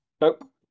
nope